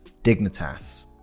Dignitas